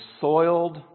soiled